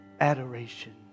adoration